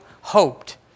hoped